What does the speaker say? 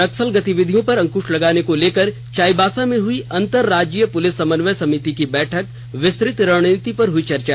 नक्सल गतिविधियों पर अंकुश लगाने को लेकर चाईबासा में हुई अंतर राज्य पुलिस समन्वय समिति की बैठक विस्तृत रणनीति पर हई चर्चा